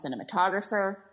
cinematographer